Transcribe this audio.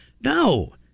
No